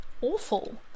awful